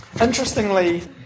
Interestingly